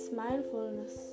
mindfulness